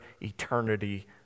eternity